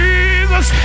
Jesus